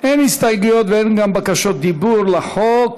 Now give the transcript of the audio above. אין הסתייגויות ואין בקשות דיבור לחוק.